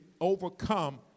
overcome